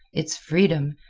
its freedom,